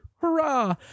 hurrah